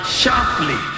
sharply